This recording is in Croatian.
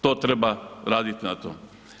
To treba raditi na tome.